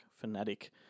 fanatic